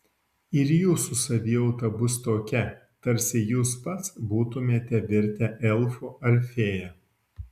ir jūsų savijauta bus tokia tarsi jūs pats būtumėte virtę elfu ar fėja